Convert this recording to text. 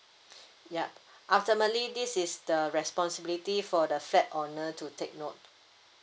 ya ultimately this is the responsibility for the flat owner to take note